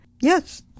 Yes